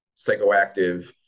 psychoactive